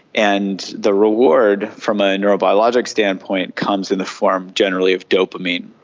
and the reward from a neurobiologic standpoint comes in the form generally of dopamine.